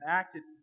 acted